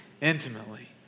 intimately